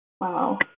Wow